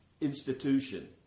institution